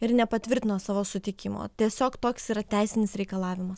ir nepatvirtino savo sutikimo tiesiog toks yra teisinis reikalavimas